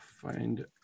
Find